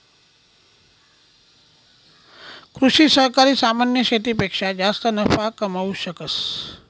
कृषि सहकारी सामान्य शेतीपेक्षा जास्त नफा कमावू शकस